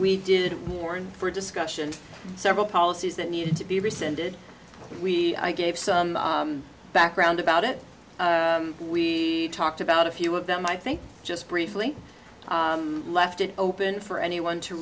we did warn for discussion several policies that needed to be rescinded we gave some background about it we talked about a few of them i think just briefly left it open for anyone to